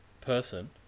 person